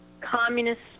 communist